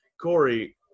Corey